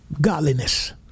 godliness